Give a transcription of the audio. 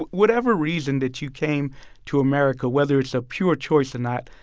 whatever reason that you came to america, whether it's a pure choice or not,